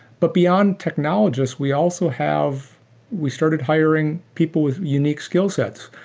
but beyond technologists, we also have we started hiring people with unique skillsets.